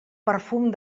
perfum